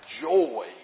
joy